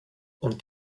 und